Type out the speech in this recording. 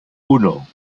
uno